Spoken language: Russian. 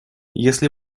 если